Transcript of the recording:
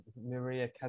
Maria